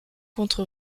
contre